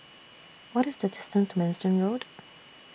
What IS The distance to Manston Road